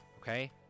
okay